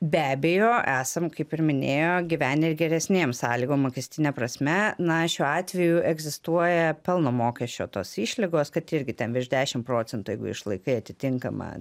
be abejo esam kaip ir minėjo gyvenę ir geresnėm sąlygom mokestine prasme na šiuo atveju egzistuoja pelno mokesčio tos išlygos kad irgi ten virš dešimt procentų jeigu išlaikai atitinkamą